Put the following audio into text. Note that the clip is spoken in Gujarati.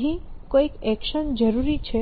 અહીં કોઈક એક્શન જરૂરી છે